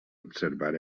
observar